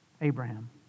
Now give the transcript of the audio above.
Abraham